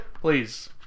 Please